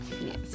Yes